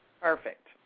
Perfect